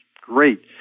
great